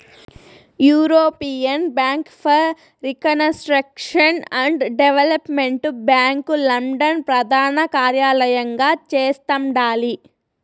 European bank for reconstruction and development bank London ప్రదానకార్యలయంగా చేస్తండాలి